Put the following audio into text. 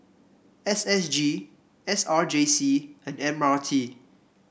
S S G S R J C and M R T